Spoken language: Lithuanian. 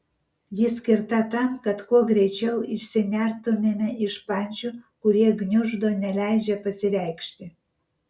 ji skirta tam kad kuo greičiau išsinertumėme iš pančių kurie gniuždo neleidžia pasireikšti